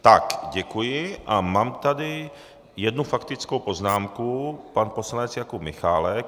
Tak, děkuji a mám tady jednu faktickou poznámku, pan poslanec Jakub Michálek.